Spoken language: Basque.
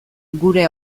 gure